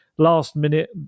last-minute